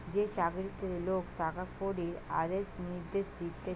যে চাকরিতে লোক টাকা কড়ির আদেশ নির্দেশ দিতেছে